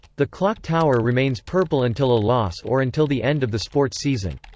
the clock tower remains purple until a loss or until the end of the sports season.